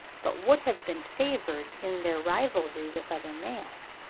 but would have been favoured in their rivalry with other males.